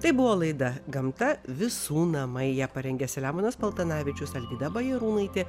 tai buvo laida gamta visų namai ją parengė selemonas paltanavičius alvyda bajarūnaitė